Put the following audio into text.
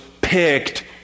picked